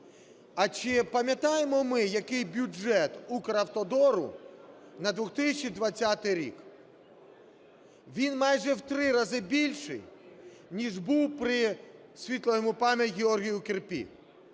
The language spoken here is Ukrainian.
А чи пам'ятаємо ми, який бюджет Укравтодору на 2020 рік? Він майже в три рази більший, ніж був при, світлої пам'яті, Георгії Кирпі.